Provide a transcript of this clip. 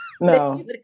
No